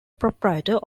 proprietor